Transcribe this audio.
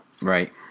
Right